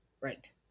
Right